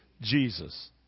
Jesus